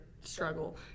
struggle